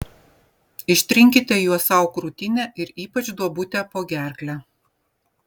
ištrinkite juo sau krūtinę ir ypač duobutę po gerkle